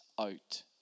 out